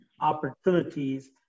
opportunities